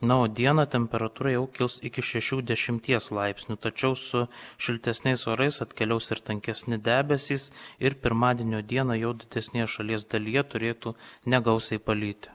na o dieną temperatūra jau kils iki šešių dešimties laipsnių tačiau su šiltesniais orais atkeliaus ir tankesni debesys ir pirmadienio dieną jau didesnėje šalies dalyje turėtų negausiai palyti